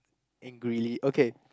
angrily okay